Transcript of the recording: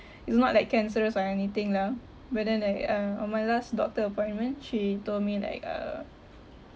it's not like cancerous or anything lah but then like uh on my last doctor appointment she told me like uh